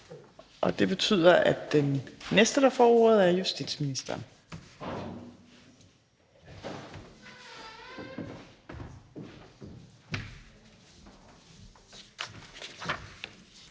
og det betyder, at den næste, der får ordet, er justitsministeren.